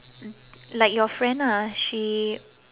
like your friend ah she